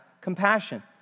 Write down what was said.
compassion